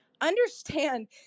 Understand